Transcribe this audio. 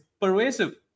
pervasive